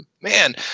man